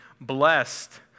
blessed